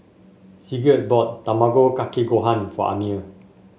Sigurd bought Tamago Kake Gohan for Amir